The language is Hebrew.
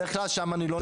בדרך כלל שם אני לא נמצא,